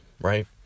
right